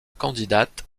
candidate